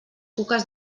cuques